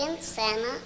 Santa